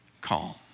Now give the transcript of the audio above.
calm